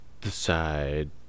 decide